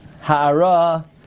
ha'ara